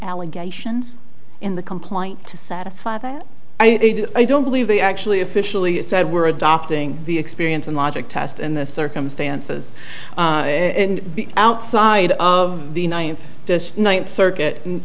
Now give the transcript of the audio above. allegations in the complaint to satisfy that need i don't believe they actually officially said we're adopting the experience and logic test and the circumstances outside of the ninth ninth circuit and